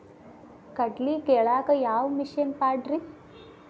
ಕಡ್ಲಿ ಕೇಳಾಕ ಯಾವ ಮಿಷನ್ ಪಾಡ್ರಿ?